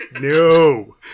No